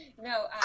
No